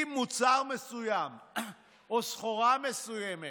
אם מוצר מסוים או סחורה מסוימת